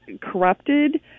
corrupted